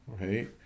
right